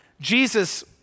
Jesus